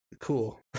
Cool